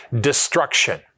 destruction